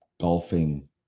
golfing